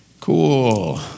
Cool